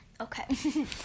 Okay